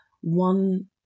one